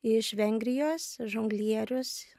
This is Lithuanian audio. iš vengrijos žonglierius